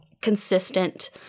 consistent